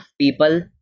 people